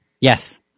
Yes